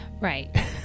Right